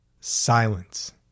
Silence